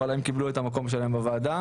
אבל הם קיבלו את המקום שלהם בוועדה